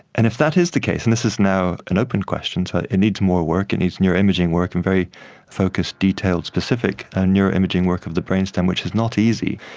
and if that is the case, and this is now an open question, so it needs more work, it needs neuroimaging work and very focused, detailed, specific and neuroimaging work of the brainstem, which is not easy,